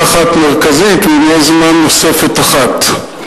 מרכזית, ואם יהיה זמן, נוספת אחת.